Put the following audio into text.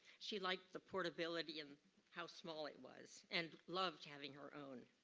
she liked the portability and how small it was and loved having her own.